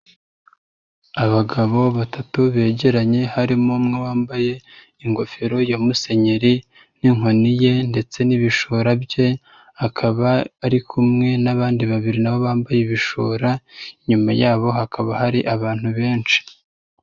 Abagabo batatu begeranye, harimo umwe wambaye ingofero ya musenyeri n'inkoni ye ndetse n'ibishura bye, akaba ari kumwe n'abandi babiri na bo bambaye ibishura, inyuma yabo hakaba hari abantu benshi.